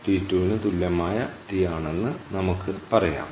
ഇത് T2 ന് തുല്യമായ T ആണെന്ന് നമുക്ക് പറയാം